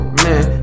man